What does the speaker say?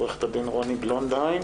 עורכת הדין רוני בלונדהיים,